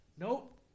Nope